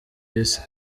isi